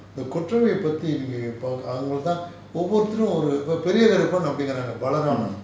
mm